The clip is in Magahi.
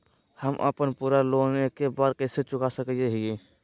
हम अपन पूरा लोन एके बार में कैसे चुका सकई हियई?